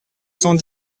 cent